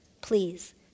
Please